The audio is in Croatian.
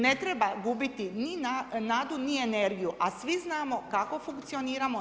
Ne treba gubiti ni nadu, ni energiju a svi znamo kako funkcioniramo.